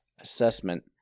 assessment